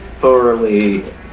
thoroughly